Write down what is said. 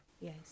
Yes